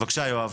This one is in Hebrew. בבקשה יואב.